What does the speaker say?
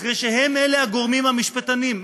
הם הגורמים המשפטנים,